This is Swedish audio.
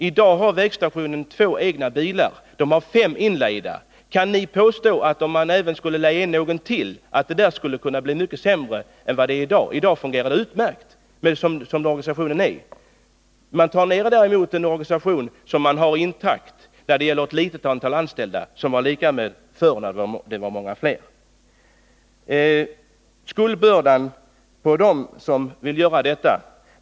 I dag har vägstationen två egna bilar och fem inlejda. Kan ni påstå att det, om man skulle leja in ytterligare någon, därmed skulle bli mycket sämre än det är i dag? Och i dag fungerar det utmärkt, med den organisation som finns. Man planerar en minskad organisation med ett — i förhållande till tidigare — litet antal anställda, och den organisationen skall hållas intakt. Ni försöker lägga skuldbördan på dem som vill göra detta.